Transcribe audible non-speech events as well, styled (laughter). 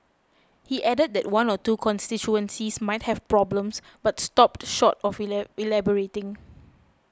he added that one or two constituencies might have problems but stopped short of (unintelligible) elaborating